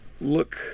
look